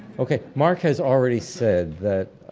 okay, mark has already said that